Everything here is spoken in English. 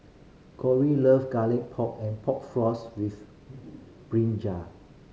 Kori love Garlic Pork and Pork Floss with brinjal